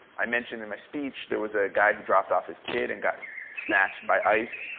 i mentioned in my speech there was a guy who dropped off his kid and got snatched by ice.